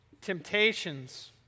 temptations